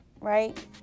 right